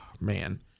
Man